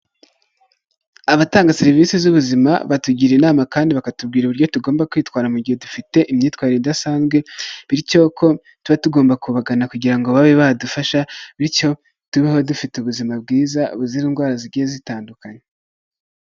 Abatanga serivisi z'ubuzima, batugira inama kandi bakatubwira uburyo tugomba kwitwara mu gihe dufite imyitwarire idasanzwe bityo ko tuba tugomba kubagana kugira ngo babe badufasha bityo tubeho dufite ubuzima bwiza, buzira indwara zigiye zitandukanye.